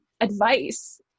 advice